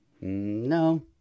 No